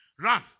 Run